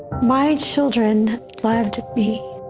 my children loved me